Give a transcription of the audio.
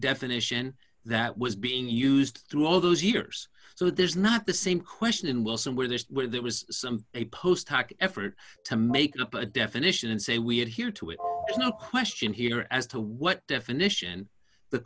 definition that was being used through all those years so there's not the same question in wilson where there's a will there was some a post hoc effort to make up a definition and say we adhere to it no question here as to what definition the